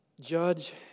Judge